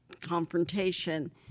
confrontation